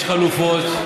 יש חלופות.